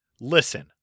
listen